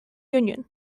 union